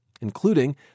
including